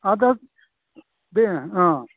आर दा बे औ